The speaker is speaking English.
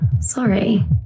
Sorry